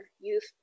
youth